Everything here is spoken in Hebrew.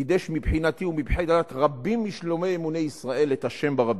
קידש מבחינתי ומבחינת רבים משלומי אמוני ישראל את השם ברבים.